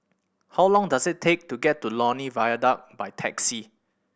how long does it take to get to Lornie Viaduct by taxi